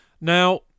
Now